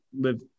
live